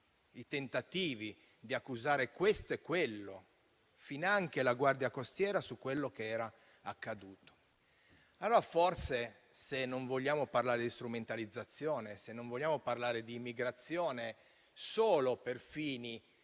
i tentativi di accusare questo e quello, finanche la Guardia costiera per quello che era accaduto. Allora, se non vogliamo parlare di strumentalizzazione e di immigrazione solo per fini